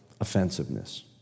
offensiveness